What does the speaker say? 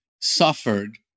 suffered